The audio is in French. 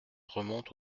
remonte